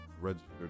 registered